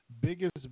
biggest